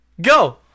Go